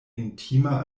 intima